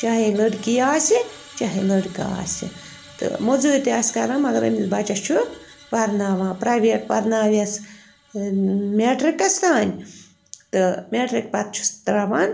چاہیے لڑکی آسہِ چاہیے لٔڑکہِ آسہِ تہٕ موٚزوٗر تہِ آسہِ کَران مگر أمِس بچس چھُ پرناوان پرٛیویٹ پرناوٮ۪س میٹرِکس تانۍ تہٕ میٹرِک پتہٕ چھُس ترٛاوان